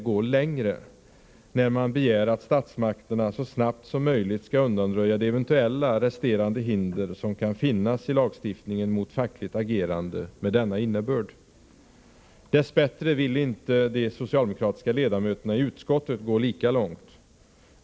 gå längre, när de begär att statsmakterna så snabbt som möjligt skall undanröja eventuellt resterande hinder i lagstiftningen mot fackligt agerande med denna innebörd. Dess bättre vill inte de socialdemokratiska ledamöterna i utskottet gå lika långt.